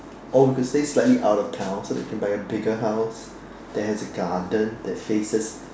or we could stay slightly out of town so we can buy a bigger house that has a garden that faces